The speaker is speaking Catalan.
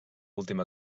última